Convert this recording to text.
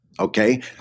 Okay